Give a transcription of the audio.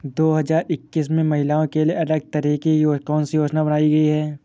दो हजार इक्कीस में महिलाओं के लिए अलग तरह की कौन सी योजना बनाई गई है?